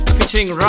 Featuring